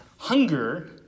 hunger